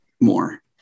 more